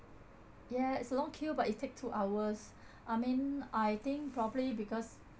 yes it's a long queue but it take two hours I mean I think probably because